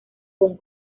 con